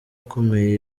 akomeye